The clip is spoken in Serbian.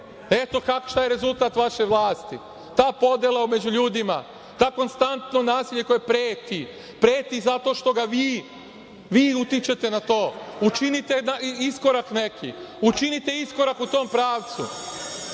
Eto šta je rezultat vaše vlasti. Ta podela među ljudima, to konstantno nasilje koje preti, preti zato što vi utičete na to. Učinite iskorak neki, učinite iskorak u tom pravcu,